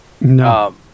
No